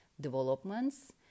developments